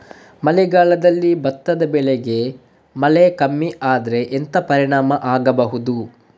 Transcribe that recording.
ಮಳೆಗಾಲದಲ್ಲಿ ಭತ್ತದ ಬೆಳೆಗೆ ಮಳೆ ಕಮ್ಮಿ ಆದ್ರೆ ಎಂತ ಪರಿಣಾಮ ಆಗಬಹುದು?